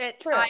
true